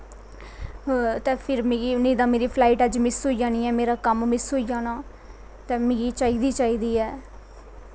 नी तां मेरी फ्लाई अज्ज मिस्स होई जाना मेरा कम्म मिस होई जाना ऐ ते मिगी चाही दी गै चाही दी ऐ